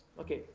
okay,